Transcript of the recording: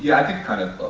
yeah i think kind of,